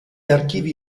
archivi